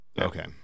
Okay